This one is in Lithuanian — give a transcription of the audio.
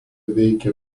veikė